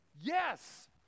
Yes